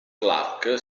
clarke